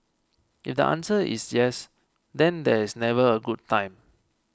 if the answer is yes then there's never a good time